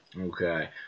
Okay